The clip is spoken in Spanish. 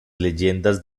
leyendas